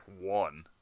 one